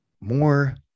more